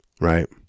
Right